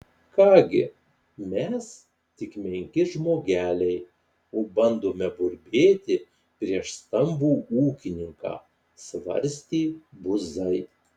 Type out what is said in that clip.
ką gi mes tik menki žmogeliai o bandome burbėti prieš stambų ūkininką svarstė buzai